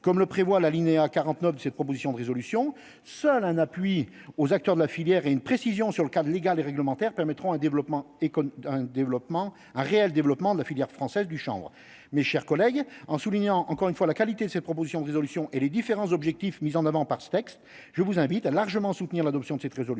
comme le prévoit l'alinéa 49, cette proposition de résolution, seul un appui aux acteurs de la filière et une précision sur le cadre légal et réglementaire permettront un développement et un développement, un réel développement de la filière française du chambre, mes chers collègues, en soulignant encore une fois la qualité de ses propositions de résolution et les différents objectifs mis en avant par ce texte, je vous invite à largement soutenir l'adoption de cette résolution